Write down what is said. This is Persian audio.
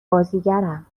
بازیگرم